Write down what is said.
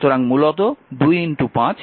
সুতরাং মূলত 2 5 তার মানে 10 অ্যাম্পিয়ার